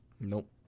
Nope